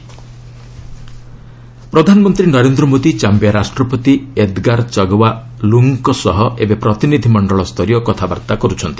PM Zambia ପ୍ରଧାନମନ୍ତ୍ରୀ Narendra Modi Zambia ରାଷ୍ଟ୍ରପତି Edgar Chagwa ଲ୍ରଙ୍ଗଙ୍କ ସହ ଏବେ ପ୍ରତିନିଧି ମଣ୍ଡଳସ୍ତରୀୟ କଥାବାର୍ତ୍ତା କରୁଛନ୍ତି